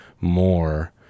more